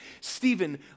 Stephen